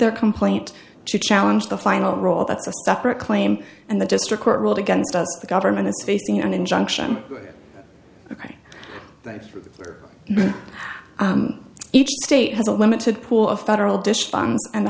their complaint to challenge the final rule that's a separate claim and the district court ruled against us the government is facing an injunction ok that each state has a limited pool of federal dish funds and the